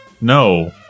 No